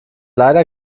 leider